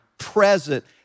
present